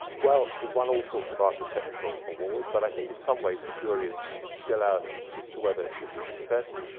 well, it won all sorts of architectural awards, but i think in some ways the jury is still out as to whether it's a success.